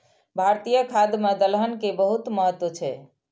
भारतीय खाद्य मे दलहन के बहुत महत्व छै